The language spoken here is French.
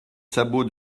sabots